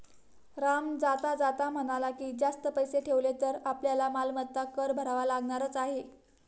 राम जाता जाता म्हणाला की, जास्त पैसे ठेवले तर आपल्याला मालमत्ता कर भरावा लागणारच आहे